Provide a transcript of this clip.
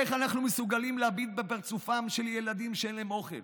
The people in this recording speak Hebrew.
איך אנחנו מסוגלים להביט בפרצופים של ילדים שאין להם אוכל?